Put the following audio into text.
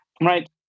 right